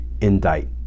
indict